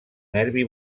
nervi